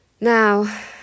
Now